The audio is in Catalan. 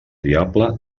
diable